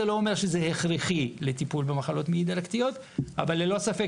זה לא אומר שזה הכרחי לטיפול במחלות מעי דלקתיות אבל ללא ספק